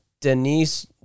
Denise